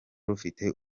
rufite